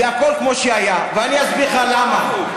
זה הכול כמו שהיה, ואני אסביר לך למה.